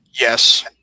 Yes